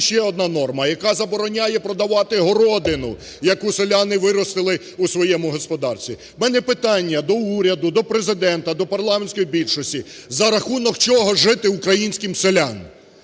ще одна норма, яка забороняє продавати городину, яку селяни виростили у своєму господарстві. У мене питання до уряду, до Президента, до парламентської більшості: за рахунок чого жити українським селянам?